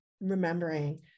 remembering